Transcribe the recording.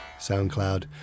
soundcloud